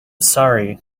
sorry